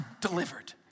Delivered